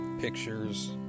pictures